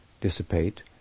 dissipate